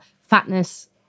fatness